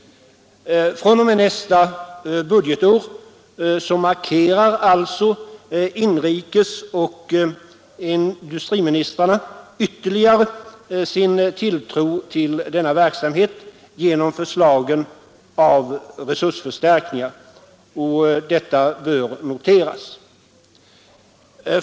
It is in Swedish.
fr.o.m. nästa budgetår markerar alltså inrikesoch industriministrarna ytterligare sin tilltro till denna verksamhet genom förslagen om resursförstärkningar, och detta bör noteras.